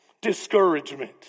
discouragement